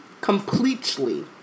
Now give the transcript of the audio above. completely